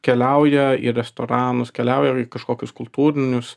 keliauja į restoranus keliauja į kažkokius kultūrinius